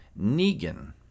Negan